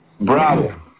Bravo